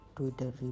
Twitter